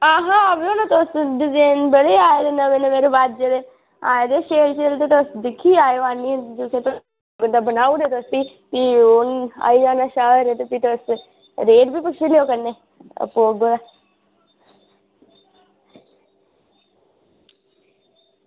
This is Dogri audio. आहो आओ ना तुस डिजाईन बड़े आए दे नमें रवाज़े दे आए दे शैल शैल तुस दिक्खियै आओ बनाई ओड़ेओ भी ओह् आई दे न शैल रेट बी पुच्छी लैओ आपूं औगेओ ते